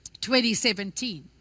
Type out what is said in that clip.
2017